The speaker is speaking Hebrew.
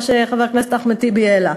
מה שחבר הכנסת אחמד טיבי העלה.